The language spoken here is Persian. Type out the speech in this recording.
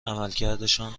عملکردشان